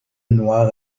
noir